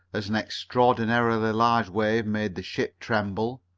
as an extraordinarily large wave made the ship tremble.